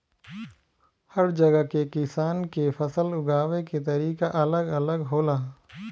हर जगह के किसान के फसल उगावे के तरीका अलग अलग होला